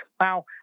Wow